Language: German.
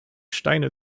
steine